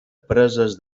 preses